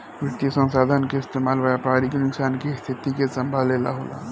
वित्तीय संसाधन के इस्तेमाल व्यापारिक नुकसान के स्थिति के संभाले ला होला